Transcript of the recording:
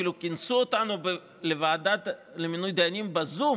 אפילו כינסו אותנו לוועדה למינוי דיינים בזום